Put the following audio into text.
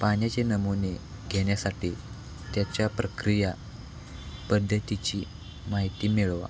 पाण्याचे नमुने घेण्यासाठी त्याच्या प्रक्रिया पद्धतीची माहिती मिळवा